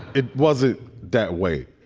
it wasn't that way.